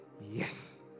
Yes